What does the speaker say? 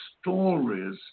stories